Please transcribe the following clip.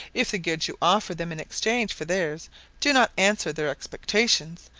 if the goods you offer them in exchange for theirs do not answer their expectations,